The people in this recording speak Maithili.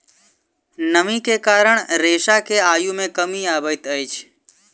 नमी के कारण रेशा के आयु मे कमी अबैत अछि